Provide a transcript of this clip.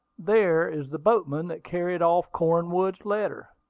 there is the boatman that carried off cornwood's letter.